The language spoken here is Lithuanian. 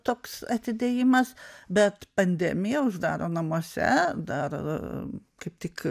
toks atidėjimas bet pandemija uždaro namuose dar kaip tik